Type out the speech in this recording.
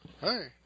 Hey